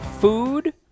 Food